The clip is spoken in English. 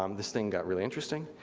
um this thing got really interesting.